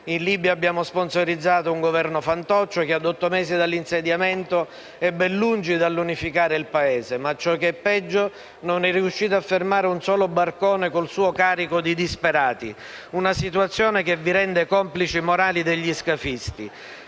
In Libia abbiamo sponsorizzato un Governo fantoccio, che a otto mesi dall'insediamento è ben lungi dall'unificare il Paese, ma - ciò che è peggio - non è riuscito a fermare un solo barcone col suo carico di disperati. È una situazione che vi rende complici morali degli scafisti.